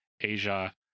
Asia